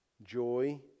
Joy